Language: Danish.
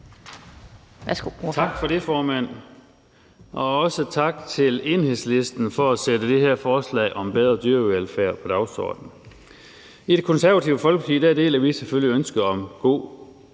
Tak for det, formand, og også tak til Enhedslisten for at sætte det her forslag om bedre dyrevelfærd på dagsordenen. I Det Konservative Folkeparti deler vi selvfølgelig ønsket om god